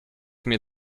mnie